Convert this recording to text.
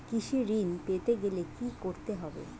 কৃষি ঋণ পেতে গেলে কি করতে হবে?